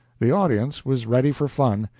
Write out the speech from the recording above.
the audience was ready for fun,